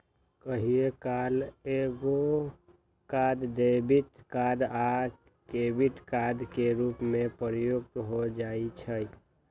कहियो काल एकेगो कार्ड डेबिट कार्ड आ क्रेडिट कार्ड के रूप में प्रयुक्त हो जाइ छइ